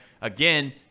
again